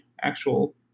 actual